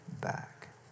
back